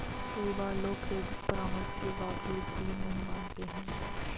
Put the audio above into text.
कई बार लोग क्रेडिट परामर्श के बावजूद भी नहीं मानते हैं